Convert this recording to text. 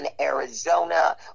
Arizona